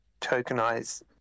tokenize